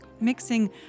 Mixing